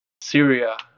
Syria